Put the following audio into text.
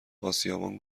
اسیابان